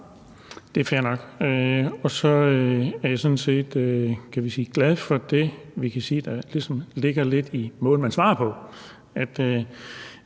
Det er fair nok, og jeg er sådan set glad for det, vi kan se ligesom ligger lidt i måden, man svarer på.